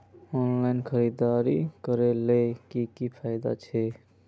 Online खरीदारी करले की की फायदा छे?